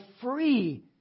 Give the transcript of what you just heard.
free